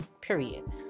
period